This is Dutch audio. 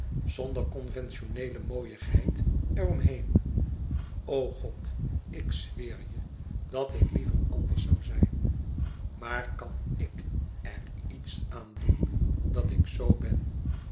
zonder conventioneele mooiigheid er om heen o god ik zwéér je dat ik liever anders zoû zijn maar kan ik er iets aan doen dat ik zoo ben